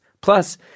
Plus